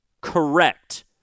correct